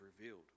revealed